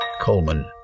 Coleman